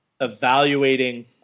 evaluating